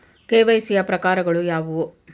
KYC ಯ ಪ್ರಕಾರಗಳು ಯಾವುವು?